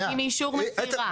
רגע.